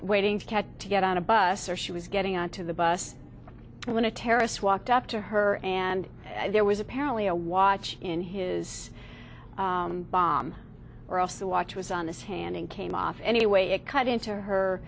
waiting to get on a bus or she was getting onto the bus when a terrorist walked up to her and there was apparently a watch in his bomb or else the watch was on this hand and came off anyway it cut into her